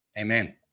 Amen